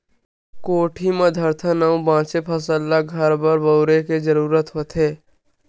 कोठी म धरथन अउ बाचे फसल ल घर बर बउरे के जरूरत होथे